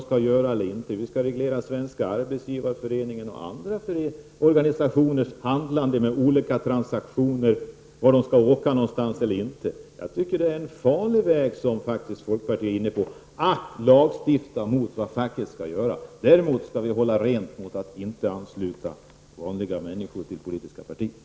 Skall vi reglera Svenska arbetsgivareföreningens och andra organisationers handlande och transaktioner, vart någonstans de skall åka, osv.? Jag tycker att det är en farlig väg som folkpartiet är inne på, att lagstifta om vad facket skall göra. Däremot skall vi hålla rent mot alla försök att ansluta enskilda människor till politiska partier.